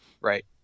Right